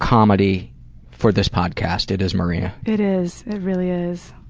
comedy for this podcast, it is maria. it is, it really is.